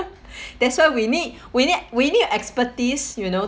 that's why we need we need we need expertise you know